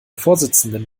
vorsitzenden